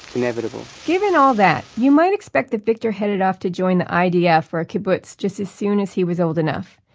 inevitable given all that, you might expect that victor headed off to join the idf or a kibbutz, just as soon as he was old enough.